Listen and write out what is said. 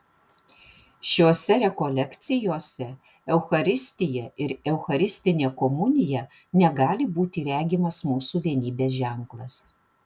šiose rekolekcijose eucharistija ir eucharistinė komunija negali būti regimas mūsų vienybės ženklas